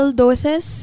doses